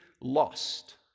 lost